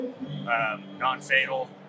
non-fatal